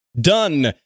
done